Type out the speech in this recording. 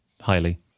highly